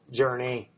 journey